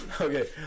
Okay